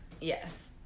Yes